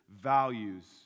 values